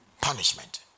punishment